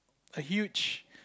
a huge